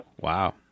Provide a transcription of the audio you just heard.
Wow